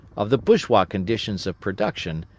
of the bourgeois conditions of production,